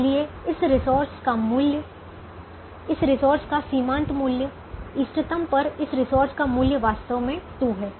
इसलिए इस रिसोर्स का मूल्य इस रिसोर्स का सीमांत मूल्य इष्टतम पर इस रिसोर्स का मूल्य वास्तव में 2 है